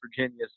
Virginia